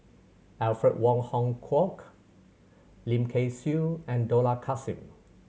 Alfred Wong Hong Kwok Lim Kay Siu and Dollah Kassim